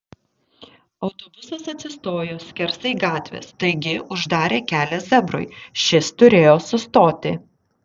autobusas atsistojo skersai gatvės taigi uždarė kelią zebrui šis turėjo sustoti